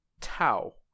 Tau